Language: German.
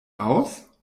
aus